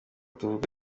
tuvuga